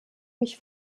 mich